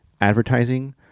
advertising